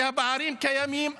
כי הפערים קיימים.